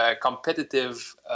competitive